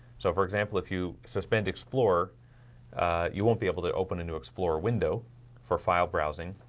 so for example if you suspend explorer you won't be able to open into explorer window for file browsing,